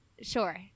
Sure